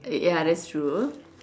uh ya that's true